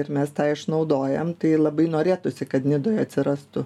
ir mes tą išnaudojam tai labai norėtųsi kad nidoj atsirastų